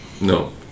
No